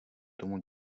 tomu